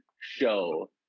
show